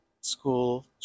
school